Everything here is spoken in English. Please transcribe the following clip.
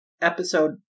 episode